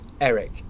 Eric